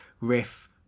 riff